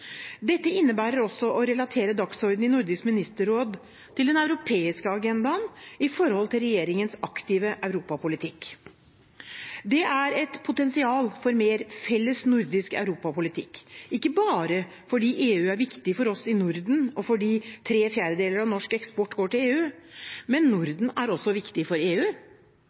Dette innebærer også å relatere dagsordenen i Nordisk ministerråd til den europeiske agendaen, i forhold til regjeringens aktive europapolitikk. Det er et potensial for mer felles nordisk europapolitikk – ikke bare fordi EU er viktig for oss i Norden, og fordi tre fjerdedeler av norsk eksport går til EU. Men Norden er også viktig for EU.